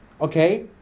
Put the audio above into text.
Okay